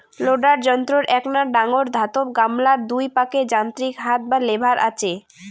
loader যন্ত্রর এ্যাকনা ডাঙর ধাতব গামলার দুই পাকে যান্ত্রিক হাত বা লেভার আচে